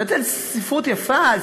אני מדברת על ספרות יפה.